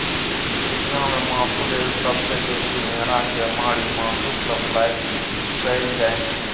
दुनियाँ मे मासु लेल सबसँ बेसी भेड़ा केँ मारि मासुक सप्लाई कएल जाइ छै